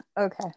Okay